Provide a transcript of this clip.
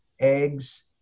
eggs